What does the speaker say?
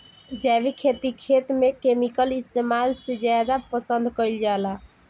जैविक खेती खेत में केमिकल इस्तेमाल से ज्यादा पसंद कईल जाला